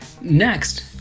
Next